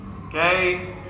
okay